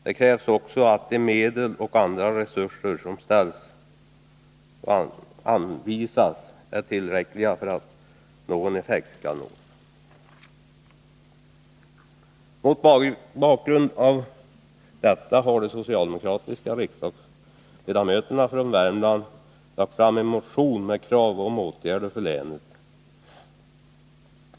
Det krävs också att de medel och andra resurser som anvisas är tillräckliga för att någon effekt skall nås. Mot bakgrund av detta har de socialdemokratiska riksdagsledamöterna från Värmland lagt fram en motion med krav på åtgärder för länet.